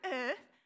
earth